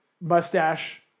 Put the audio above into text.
Mustache